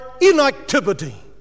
inactivity